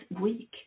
weak